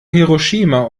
hiroshima